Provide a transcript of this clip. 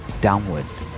downwards